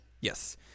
Yes